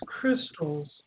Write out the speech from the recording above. crystals